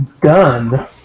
Done